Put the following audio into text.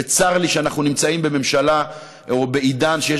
וצר לי שאנחנו נמצאים בממשלה או בעידן שיש